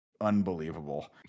unbelievable